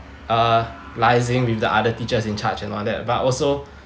uh liaising with the other teachers in charge and all that but also